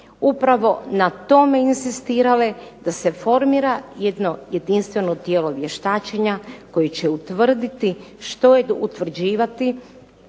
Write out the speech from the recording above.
upravo na tome inzistirale da se formira jedno jedinstveno tijelo vještačenja koje će utvrditi što je to invaliditet.